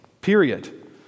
period